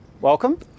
welcome